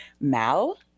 Mal